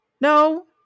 No